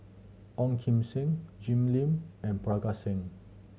Ong Kim Seng Jim Lim and Parga Singh